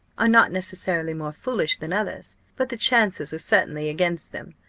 are not necessarily more foolish than others but the chances are certainly against them.